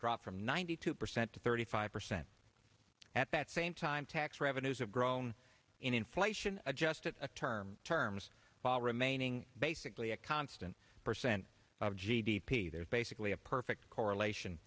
drop from ninety two percent to thirty five percent at that same time tax revenues have grown in inflation adjusted a term terms while remaining basically a constant percent of g d p there's basically a perfect correlation